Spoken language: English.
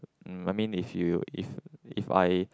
mm I mean if you if if I